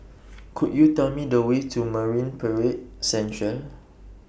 Could YOU Tell Me The Way to Marine Parade Central